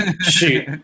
shoot